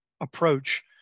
approach